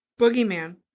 Boogeyman